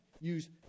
use